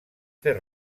fer